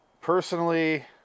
Personally